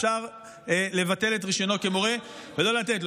אפשר לבטל את רישיונו כמורה ולא לתת לו.